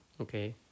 okay